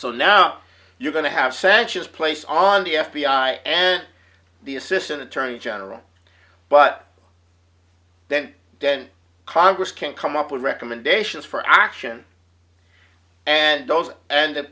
so now you're going to have sanctions placed on the f b i and the assistant attorney general but then dent congress can come up with recommendations for action and those and th